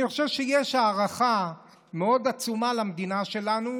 אני חושב שיש הערכה מאוד עצומה במדינה שלנו